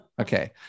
Okay